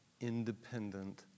independent